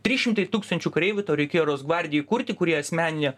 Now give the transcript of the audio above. trys šimtai tūkstančių kareivių tau reikėjo ros gvardijai įkurti kuri asmeninė